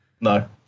No